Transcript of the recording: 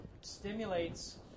Stimulates